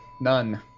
None